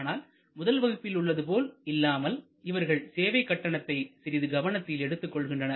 ஆனால் முதல் வகுப்பில் உள்ளது போல இல்லாமல் இவர்கள் சேவை கட்டணத்தை சிறிது கவனத்தில் எடுத்துக் கொள்கின்றனர்